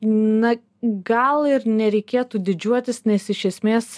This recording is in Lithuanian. na gal ir nereikėtų didžiuotis nes iš esmės